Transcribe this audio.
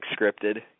scripted